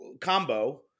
combo